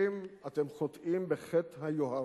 אתם חוטאים בחטא היוהרה.